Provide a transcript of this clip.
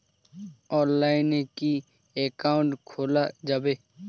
অনলাইনে কি অ্যাকাউন্ট খোলা যাবে?